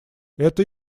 это